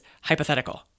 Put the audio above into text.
hypothetical